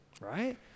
Right